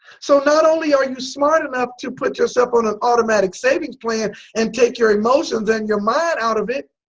so not only are you smart enough to put yourself on a automatic savings plan and take your emotions and your mind out of it